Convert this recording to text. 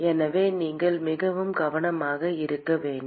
எனவே நீங்கள் மிகவும் கவனமாக இருக்க வேண்டும்